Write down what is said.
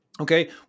Okay